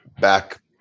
back